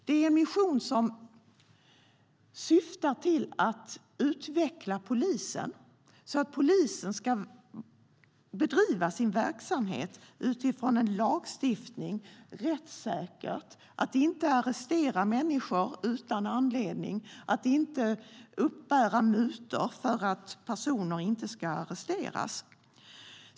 Det är en mission som syftar till att utveckla polisen, så att polisen ska bedriva sin verksamhet utifrån en lagstiftning, rättssäkert - inte arrestera människor utan anledning och inte uppbära mutor för att personer inte ska arresteras.